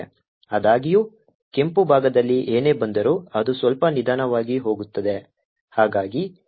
ಆದಾಗ್ಯೂ ಕೆಂಪು ಭಾಗದಲ್ಲಿ ಏನೇ ಬಂದರೂ ಅದು ಸ್ವಲ್ಪ ನಿಧಾನವಾಗಿ ಹೋಗುತ್ತದೆ